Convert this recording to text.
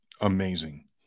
amazing